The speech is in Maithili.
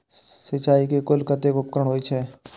सिंचाई के कुल कतेक उपकरण होई छै?